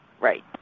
right